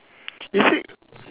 is it